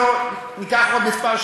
אנחנו ניקח עוד כמה שניות